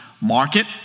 market